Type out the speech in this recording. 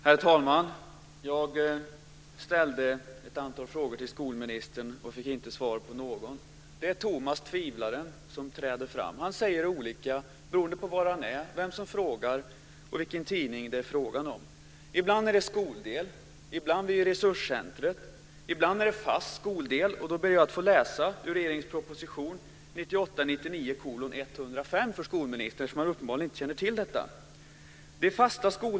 Herr talman! Jag ställde ett antal frågor till skolministern men fick inte svar på någon. Det är Tomas tvivlaren som träder fram. Han säger olika saker beroende på var han är, vem som frågar och vilken tidning det är fråga om. Ibland handlar det om skoldelen, ibland handlar det om resurscentret, ibland handlar det om en fast skoldel. Jag ska läsa ur regeringens proposition 1998/99:105 för skolministern, eftersom han uppenbarligen inte känner till detta.